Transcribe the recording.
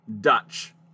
Dutch